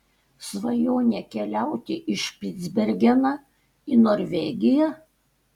svajonė keliauti į špicbergeną į norvegiją